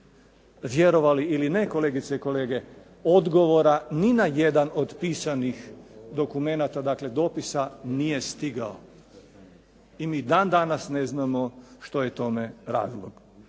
Vjerovali ili ne, kolegice i kolege, odgovora ni na jedan od pisani dokumenata dakle dopisa nije stigao. I ni dan danas ne znamo što je tome razlog.